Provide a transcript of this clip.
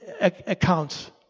accounts